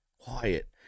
quiet